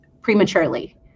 prematurely